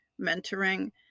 mentoring